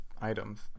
items